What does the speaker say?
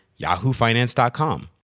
yahoofinance.com